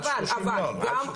עד 30 ימים.